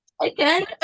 again